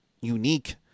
unique